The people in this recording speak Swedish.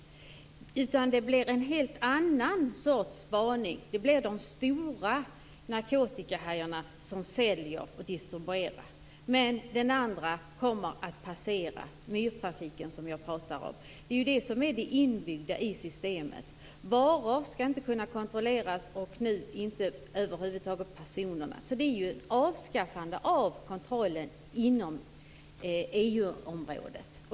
Det blir fråga om en helt annan sorts spaning, av de stora narkotikahajarna som säljer och distribuerar, men de andra kommer att passera, dvs. den myrtrafik som jag talade om. Det är ju detta som är inbyggt i systemet. Varor skall inte kunna kontrolleras och nu inte heller personer. Detta innebär ett avskaffande av kontrollen inom EU området.